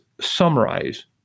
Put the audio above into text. summarize